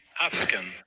African